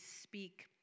speak